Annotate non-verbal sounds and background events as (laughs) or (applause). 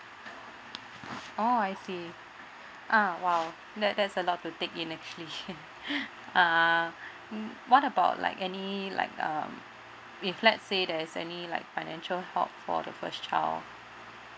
oh I see uh !wow! that that's a lot to take in actually (laughs) uh what about like any like um if let's say there's any like financial help for the first child